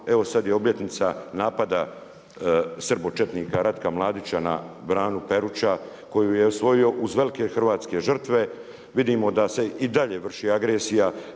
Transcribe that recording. evo sad je obljetnica napada srbočetnika Ratka Mladića na Branu Peruča, koju je osvojio uz velike hrvatske žrtve, vidimo da se i dalje vrši agresija,